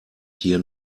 hier